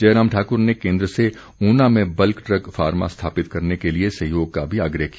जयराम ठाकुर ने केन्द्र से ऊना में बल्क ड्रग फार्मा स्थापित करने के लिए सहयोग का भी आग्रह किया